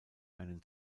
einen